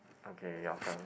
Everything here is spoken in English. okay your turn